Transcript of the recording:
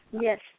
Yes